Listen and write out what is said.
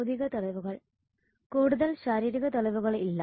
ഭൌതിക തെളിവുകൾ കൂടുതൽ ശാരീരിക തെളിവുകൾ ഇല്ല